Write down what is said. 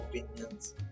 Opinions